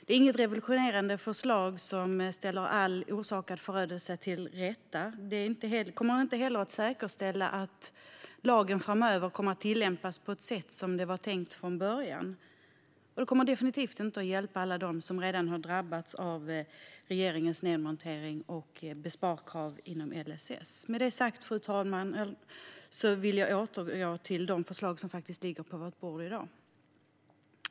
Det är inga revolutionerande förslag som ställer all orsakad förödelse till rätta. De kommer inte heller att säkerställa att lagen framöver tillämpas så som var tänkt från början. Och de kommer definitivt inte att hjälpa alla dem som redan har drabbats av regeringens nedmontering och besparingskrav inom LSS. Med detta sagt, fru talman, vill jag återgå till de förslag som faktiskt ligger på vårt bord i dag.